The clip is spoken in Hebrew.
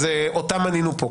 אז אותם מנינו פה.